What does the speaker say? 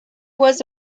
was